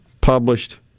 published